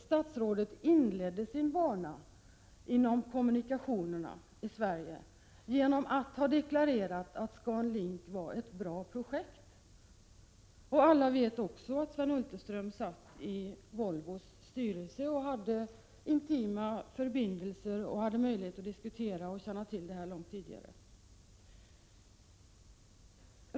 Statsrådet inledde ju sin bana inom kommunikationerna i Sverige genom att ha deklarerat att ScanLink var ett bra projekt. Alla vet också att Sven Hulterström varit ledamot av Volvos styrelse och därför hade nära förbindelser och möjlighet till information långt tidigare.